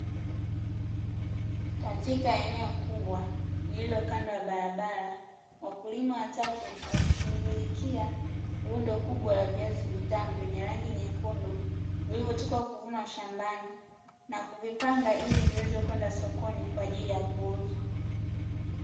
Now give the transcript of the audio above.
Katika eneo kubwa lililo kando ya barabara wakulima watatu wakishughulikia lundo kubwa la viazi vitamu vyenye rangi nyekundu, vilivotoka kuvunwa shambani na kuvipanga ili viweze kwenda sokoni kwa ajili ya kuuzwa.